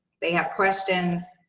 they have questions.